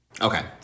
Okay